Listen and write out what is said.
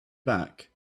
back